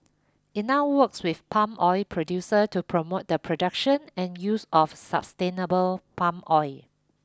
it now works with palm oil producers to promote the production and use of sustainable palm oil